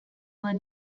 were